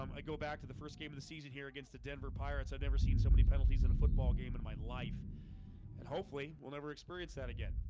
um i go back to the first game of the season here against the denver pirates i've never seen so many penalties in a football game in my life and hopefully we'll never experience that again.